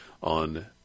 On